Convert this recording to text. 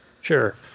sure